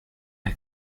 der